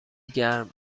گرم